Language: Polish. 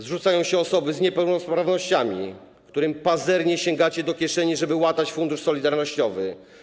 Zrzucają się osoby z niepełnosprawnościami, którym pazernie sięgacie do kieszeni, żeby łatać Fundusz Solidarnościowy.